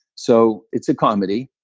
so, it's a comedy.